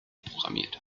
programmiert